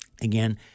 Again